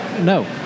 No